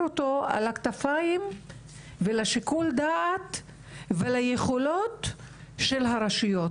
אותו על הכתפיים ולשיקול דעת וליכולות של הרשויות,